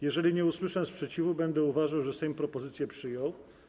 Jeżeli nie usłyszę sprzeciwu, będę uważał, że Sejm propozycję przyjął.